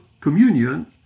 communion